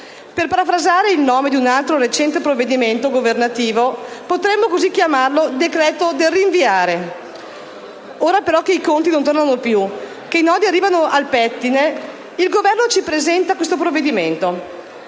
Per parafrasare il nome di un altro recente provvedimento governativo, potremo allora chiamarlo "decreto del rinviare". Ora però che i conti non tornano più, che i nodi arrivano tutti al pettine, il Governo ci presenta questo provvedimento.